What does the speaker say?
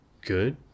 Good